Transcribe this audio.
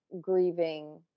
grieving